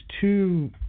two